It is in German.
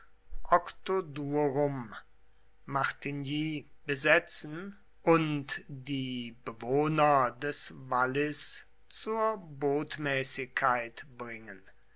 octodurum martigny besetzen und die bewohner des wallis zur botmäßigkeit bringen